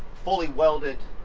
fully welded,